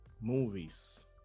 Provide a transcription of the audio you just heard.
movies